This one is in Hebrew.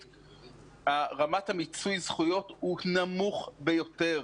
לדוגמה רמת מיצוי הזכויות היא נמוכה ביותר.